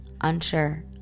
unsure